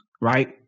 right